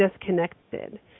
disconnected